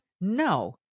No